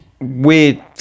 weird